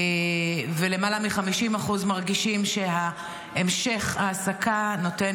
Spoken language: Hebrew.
ולמעלה מ-50% מרגישים שהמשך ההעסקה נותן